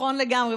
נכון לגמרי.